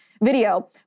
video